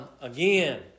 again